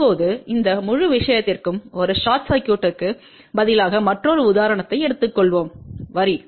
இப்போது இந்த முழு விஷயத்திற்கும் ஒரு ஷார்ட் சர்க்யூட்க்கு பதிலாக மற்றொரு உதாரணத்தை எடுத்துக்கொள்வோம் வரி